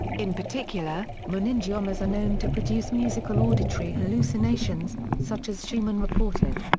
in particular, meningiomas are known to produce musical auditory hallucinations, such as schumann reported.